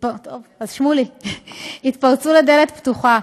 בעצם התפרצו לדלת פתוחה.